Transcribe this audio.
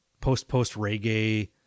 post-post-reggae